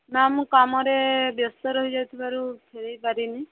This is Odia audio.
ମ୍ୟାମ୍ ମୁଁ କାମରେ ବ୍ୟସ୍ତ ରହିଯାଉଥିବାରୁ ଫେରେଇ ପାରିନି